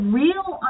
real